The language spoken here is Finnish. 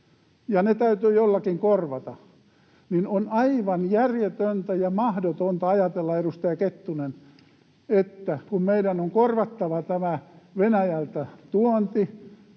ja ne täytyy jollakin korvata. On aivan järjetöntä ja mahdotonta ajatella, edustaja Kettunen, että kun meidän on korvattava tuonti Venäjältä, niin